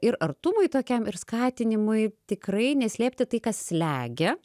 ir artumui tokiam ir skatinimui tikrai neslėpti tai kas slegia